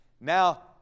Now